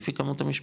לפי כמות המשפחות,